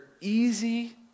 easy